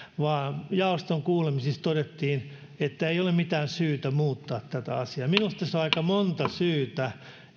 vaan jaoston kuulemisissa todettiin että ei ole mitään syytä muuttaa tätä asiaa minusta tässä on aika monta syytä